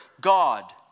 God